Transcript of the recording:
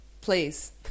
Please